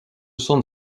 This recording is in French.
sont